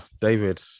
david